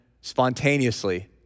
spontaneously